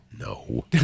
no